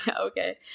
Okay